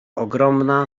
ogromna